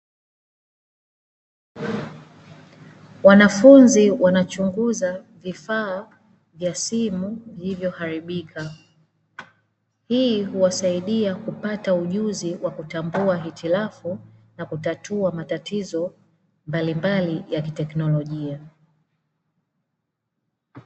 Wanafunzi wanachunguza vifaa vya simu vilivyoharibika. Hii huwasaidia kupata ujuzi wa kutambua hitilafu na kutatua matatizo mbalimbali ya kiteknolojia.